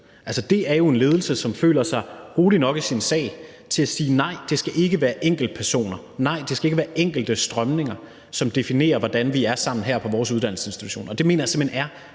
Det er en ledelse, som føler sig rolig nok i sin sag til at sige, at nej, det skal ikke være enkeltpersoner, og nej, det skal ikke være enkelte strømninger, som definerer, hvordan vi er sammen her på vores uddannelsesinstitution. Det mener jeg simpelt hen er